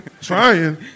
Trying